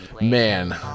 Man